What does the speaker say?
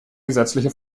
gesetzliche